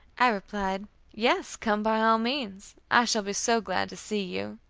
i replied, yes, come by all means. i shall be so glad to see you.